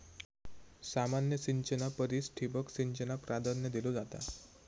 सामान्य सिंचना परिस ठिबक सिंचनाक प्राधान्य दिलो जाता